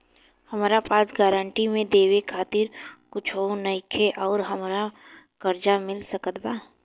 हमरा पास गारंटी मे देवे खातिर कुछूओ नईखे और हमरा कर्जा मिल सकत बा?